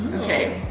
okay,